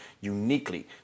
uniquely